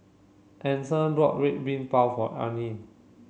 Ason bought Red Bean Bao for Arnie